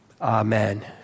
Amen